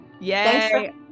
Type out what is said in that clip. Yay